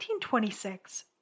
1926